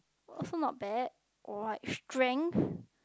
also not bad or like strength